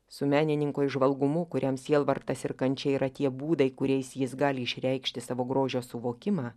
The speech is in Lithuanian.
su menininko įžvalgumu kuriam sielvartas ir kančia yra tie būdai kuriais jis gali išreikšti savo grožio suvokimą